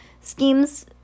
schemes